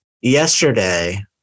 yesterday